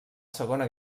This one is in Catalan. segona